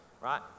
Right